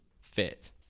fit